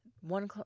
one